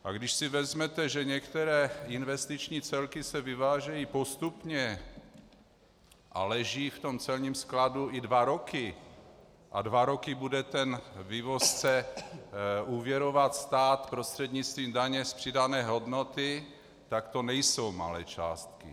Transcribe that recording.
A když si vezmete, že některé investiční celky se vyvážejí postupně a leží v celním skladu i dva roky a dva roky bude vývozce úvěrovat stát prostřednictvím daně z přidané hodnoty, tak to nejsou malé částky.